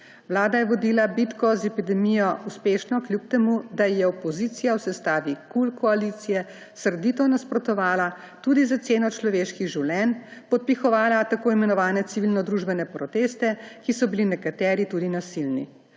Vlada je vodila bitko z epidemijo uspešno, kljub temu da ji je opozicija v sestavi KUL koalicije srdito nasprotovala tudi za ceno človeških življenj, podpihovala tako imenovane civilnodružbene proteste, ki so bili nekateri tudi nasilni.